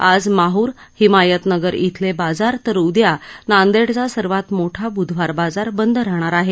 आज माहर हिमायतनगर इथले बाजार तर उद्या नांदेडचा सर्वात मोठा बुधवार बाजार बंद राहणार आहे